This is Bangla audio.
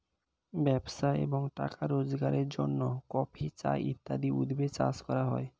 ব্যবসা এবং টাকা রোজগারের জন্য কফি, চা ইত্যাদি উদ্ভিদ চাষ করা হয়